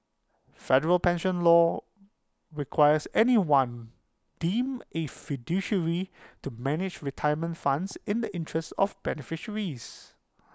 federal pension law requires anyone deemed A fiduciary to manage retirement funds in the interests of beneficiaries